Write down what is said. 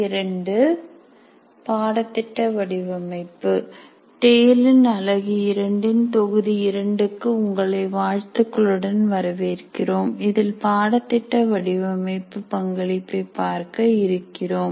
TALE இன் அலகு இரண்டில் தொகுதி 2 க்கு உங்களை வாழ்த்துக்களுடன் வரவேற்கிறோம் இதில் பாடத்திட்ட வடிவமைப்பு பங்களிப்பை பார்க்க இருக்கிறோம்